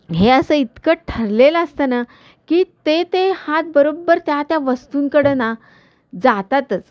हे असं इतकं ठरलेलं असतं ना की ते ते हात बरोब्बर त्या त्या वस्तूंकडं ना जातातच